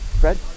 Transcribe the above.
Fred